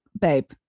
babe